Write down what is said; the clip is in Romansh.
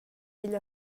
digl